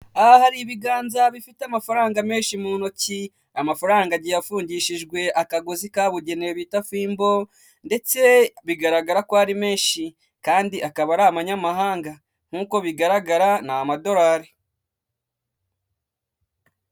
Aha hari ibiganza bifite amafaranga menshi mu ntoki, amafaranga agiye afungishijwe akagozi kabugenewe bita fimbo ndetse bigaragara ko ari menshi kandi akaba ari abanyamahanga, nk'uko bigaragara ni amadorari.